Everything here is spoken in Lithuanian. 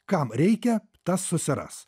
kam reikia tas susiras